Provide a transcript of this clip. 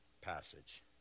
passage